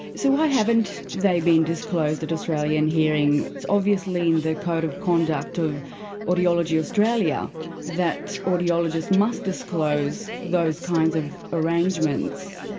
so why haven't they been disclosed at australian hearing? it's obviously in the code of conduct of audiology australia that audiologists must disclose those kinds of arrangements.